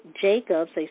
Jacobs